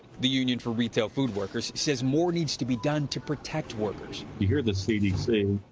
the union for retail food workers says more needs to be done to protect workers. you hear the cdc.